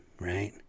right